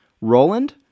Roland